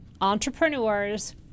entrepreneurs